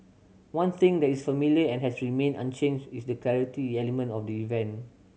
one thing that is familiar and has remained unchanged is the charity element of the event